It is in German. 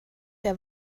der